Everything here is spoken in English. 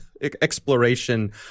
exploration